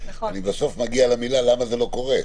אני בסוף מגיע למילים למה זה לא קורה.